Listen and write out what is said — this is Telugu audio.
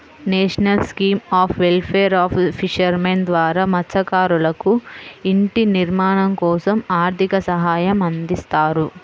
national scheme of welfare of fishermen ద్వారా మత్స్యకారులకు ఇంటి నిర్మాణం కోసం ఆర్థిక సహాయం అందిస్తారు